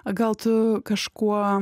gal tu kažkuo